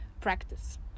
practice